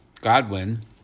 Godwin